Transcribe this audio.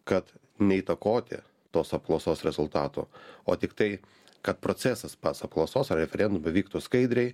kad neįtakoti tos apklausos rezultatų o tiktai kad procesas pats apklausos referendume vyktų skaidriai